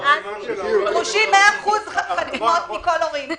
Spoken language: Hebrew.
דרושים 100% חתימות מכל ההורים.